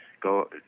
go